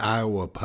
Iowa